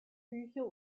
bücher